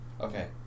Okay